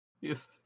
Yes